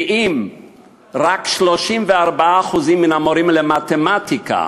ואם רק 34% מן המורים למתמטיקה